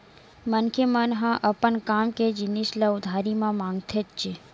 मनखे मन ह अपन काम के जिनिस ल उधारी म मांगथेच्चे